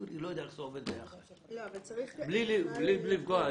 בלי לפגוע,